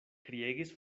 kriegis